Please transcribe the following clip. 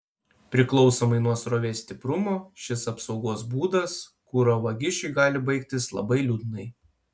priklausomai nuo srovės stiprumo šis apsaugos būdas kuro vagišiui gali baigtis labai liūdnai